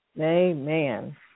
Amen